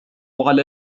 على